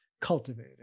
cultivating